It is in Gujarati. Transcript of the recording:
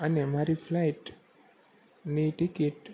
અને અમારી ફ્લાઇટની ટિકિટ